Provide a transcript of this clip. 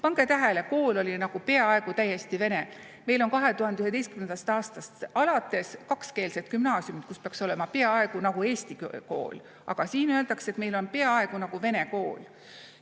Pange tähele: kool oli nagu peaaegu täiesti vene. Meil on 2011. aastast alates kakskeelsed gümnaasiumid, kus peaks olema peaaegu nagu eesti kool, aga siin öeldakse, et meil on peaaegu nagu vene kool.